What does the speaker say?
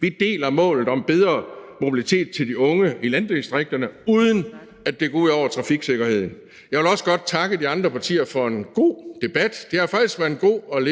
Vi deler målet om bedre mobilitet til de unge i landdistrikterne, uden at det går ud over trafiksikkerheden. Jeg vil også godt takke de andre partier for en god debat. Det har faktisk været en god og